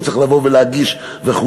הוא צריך לבוא ולהגיש וכו'.